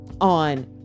on